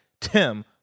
Tim